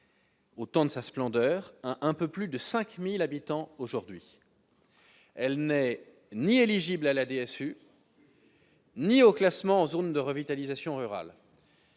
Au temps de sa splendeur un peu plus de 5000 habitants, aujourd'hui elle n'est ni éligibles à la DSU. Ni au classement en zone de revitalisation rurale.